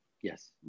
Yes